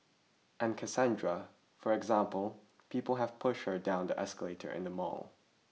and Cassandra for example people have pushed her down the escalator in the mall